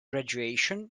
graduation